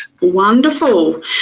Wonderful